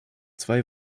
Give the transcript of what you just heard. zwei